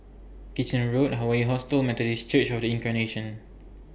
Kitchener Road Hawaii Hostel and Methodist Church of The Incarnation